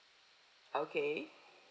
okay